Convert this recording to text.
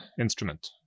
instrument